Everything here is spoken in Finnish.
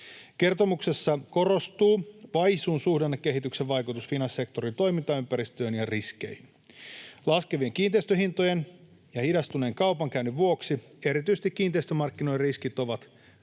Kertomuksessa korostuu vaisun suhdannekehityksen vaikutus finanssisektorin toimintaympäristöön ja riskeihin. Laskevien kiinteistöhintojen ja hidastuneen kaupankäynnin vuoksi erityisesti kiinteistömarkkinoiden riskit ovat kasautuneet.